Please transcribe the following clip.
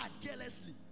carelessly